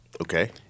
Okay